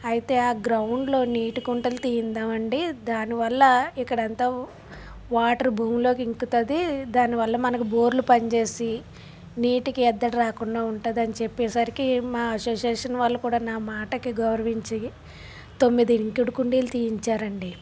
అయితే ఆ గ్రౌండ్లో నీటి కుంటలు తీయిద్దాం అండి దానివల్ల ఇక్కడ అంతా వాటర్ భూమిలోకి ఇంకుతుంది దానివల్ల మనకు బోర్లు పనిచేసి నీటికి ఎద్దడి రాకుండా ఉంటుంది అని చెప్పేసరికి మా అసోసియేషన్ వాళ్ళు కూడా నా మాటకి గౌరవం ఇచ్చి తొమ్మిది ఇంకుడు కుండీలు తీయించారు అండి